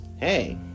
hey